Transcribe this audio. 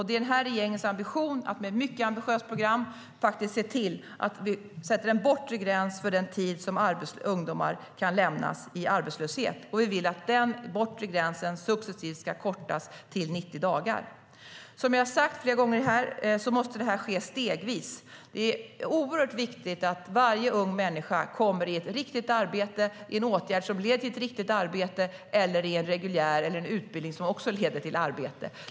Det är den här regeringens ambition att med ett mycket ambitiöst program se till att vi sätter en bortre gräns för den tid som ungdomar kan lämnas i arbetslöshet. Vi vill att den bortre gränsen successivt ska kortas till 90 dagar. Som jag har sagt här flera gånger måste detta ske stegvis. Det är oerhört viktigt att varje ung människa kommer i ett riktigt arbete, i en åtgärd som leder till ett riktigt arbete eller i en utbildning som också leder till arbete.